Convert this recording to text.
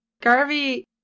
Garvey